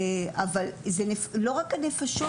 אבל זה לא רק הנפשות,